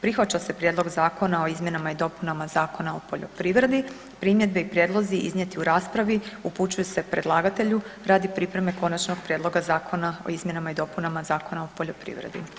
Prihvaća se Prijedlog zakona o izmjenama i dopunama Zakona o poljoprivredi, primjedbe i prijedlozi iznijeti u raspravi upućuju se predlagatelju radi pripreme konačnog prijedloga zakona o izmjenama i dopunama Zakona o poljoprivredi.